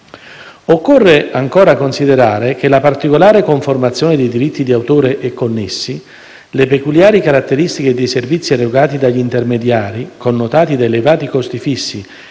Occorre ancora considerare che la particolare conformazione dei diritti di autore e connessi, le peculiari caratteristiche dei servizi erogati dagli intermediari, connotati da elevati costi fissi